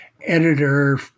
editor